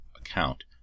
account